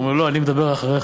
הוא אומר: לא, אני מדבר אחריך.